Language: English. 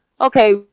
okay